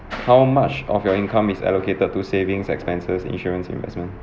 how much of your income is allocated to savings expenses insurance investment